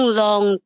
long